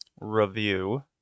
review